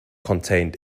contained